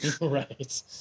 right